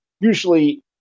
usually